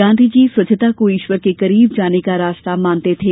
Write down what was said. गांधीजी स्वच्छता को ईश्वर के करीब जाने का रास्ता मानते थे